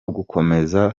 gukomeza